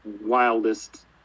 wildest